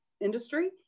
industry